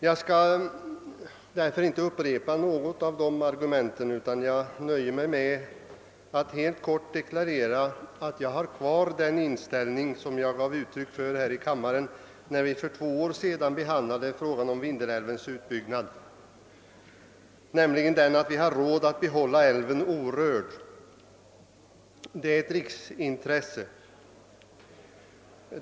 Jag skall därför inte upprepa något av dessa argument, utan jag nöjer mig med att helt kort deklarera att jag har kvar den inställning som jag gav uttryck åt här i kammaren när vi för två år sedan behandlade frågan om Vindelälvens utbyggnad, nämligen att vi har råd att behålla älven orörd. Det är ett riksintresse.